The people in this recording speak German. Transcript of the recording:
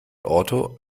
auto